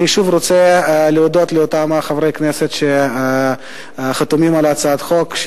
אני שוב רוצה להודות לאותם חברי כנסת שחתומים על הצעת החוק,